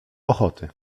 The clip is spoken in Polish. ochoty